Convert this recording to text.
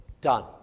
done